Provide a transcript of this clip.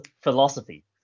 philosophy